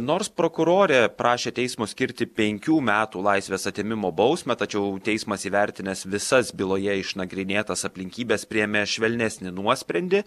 nors prokurorė prašė teismo skirti penkių metų laisvės atėmimo bausmę tačiau teismas įvertinęs visas byloje išnagrinėtas aplinkybes priėmė švelnesnį nuosprendį